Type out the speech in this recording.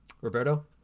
roberto